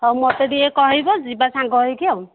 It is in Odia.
ହଉ ମୋତେ ଟିକେ କହିବ ଯିବା ସାଙ୍ଗ ହେଇକି ଆଉ